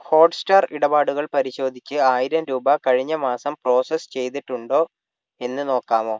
Hotstar ഇടപാടുകൾ പരിശോധിച്ച് ആയിരം രൂപ കഴിഞ്ഞ മാസം പ്രോസസ്സ് ചെയ്തിട്ടുണ്ടോ എന്ന് നോക്കാമോ